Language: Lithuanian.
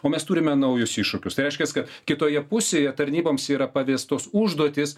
o mes turime naujus iššūkius tai reiškias kad kitoje pusėje tarnyboms yra pavestos užduotys